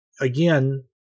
again